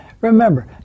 remember